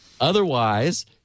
Otherwise